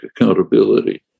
accountability